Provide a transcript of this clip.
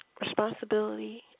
responsibility